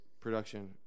production